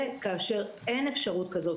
וכאשר אין אפשרות כזו,